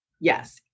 Yes